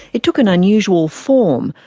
it took an unusual form,